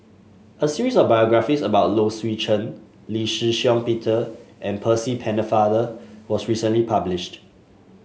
a series of biographies about Low Swee Chen Lee Shih Shiong Peter and Percy Pennefather was recently published